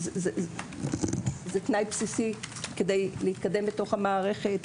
זה תנאי בסיסי כדי להתקדם בתוך המערכת,